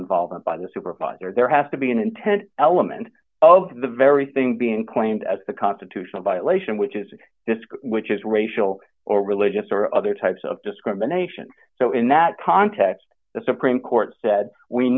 involvement by the supervisor there has to be an intent element of the very thing being claimed as a constitutional violation which is this which is racial or religious or other types of discrimination so in that context the supreme court said we